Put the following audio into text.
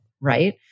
right